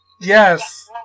Yes